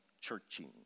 churching